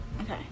Okay